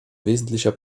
wesentlicher